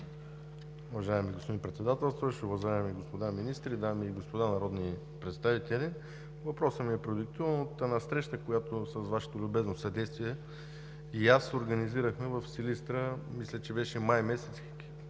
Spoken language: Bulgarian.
Уважаеми господин Председателстващ, уважаеми господа министри, дами и господа народни представители! Въпросът ми е продиктуван от една среща, която с Вашето любезно съдействие организирахме в Силистра, мисля, че беше май месец